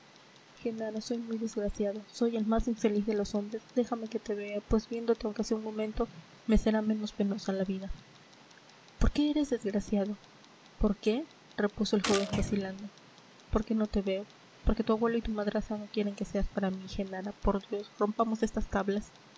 genara soy muy desgraciado soy el más infeliz de los hombres déjame que te vea pues viéndote aunque sea un momento me será menos penosa la vida por qué eres desgraciado por qué repuso el joven vacilando porque no te veo porque tu abuelo y tu madrastra no quieren que seas para mí genara por dios rompamos estas tablas